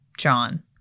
John